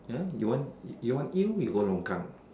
ya you want you want eel you go longkang